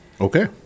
Okay